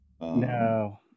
No